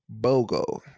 bogo